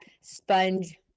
sponge